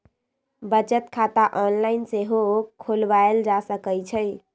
बचत खता ऑनलाइन सेहो खोलवायल जा सकइ छइ